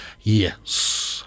Yes